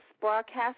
broadcast